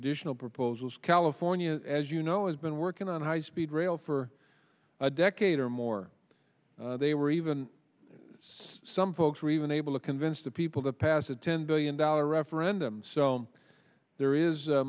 additional proposals california as you know is been working on high speed rail for a decade or more they were even some folks were even able to convince the people to pass a ten billion dollar referendum so there is